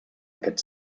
aquest